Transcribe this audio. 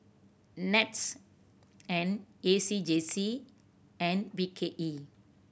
NETS and A C J C and B K E